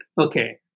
okay